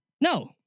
No